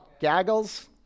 gaggles